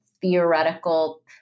theoretical